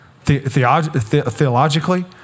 theologically